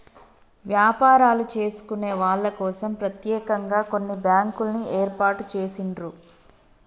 వ్యాపారాలు చేసుకునే వాళ్ళ కోసం ప్రత్యేకంగా కొన్ని బ్యాంకుల్ని ఏర్పాటు చేసిండ్రు